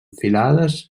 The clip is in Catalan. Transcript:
filades